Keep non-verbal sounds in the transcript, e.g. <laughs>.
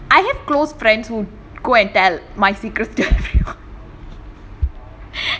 I have close friends who go and tell my secrets to everyone <laughs>